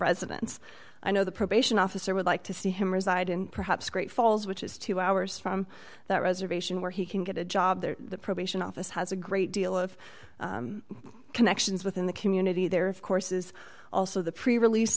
residence i know the probation officer would like to see him reside in perhaps great falls which is two hours from that reservation where he can get a job there the probation office has a great deal of connections within the community there of course is also the prerelease